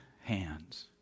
hands